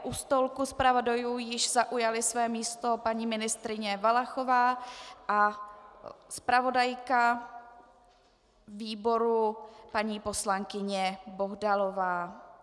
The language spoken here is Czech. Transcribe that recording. U stolku zpravodajů již zaujala své místo paní ministryně Valachová a zpravodajka výboru paní poslankyně Bohdalová.